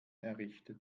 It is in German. errichtet